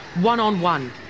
one-on-one